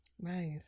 Nice